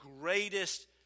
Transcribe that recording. greatest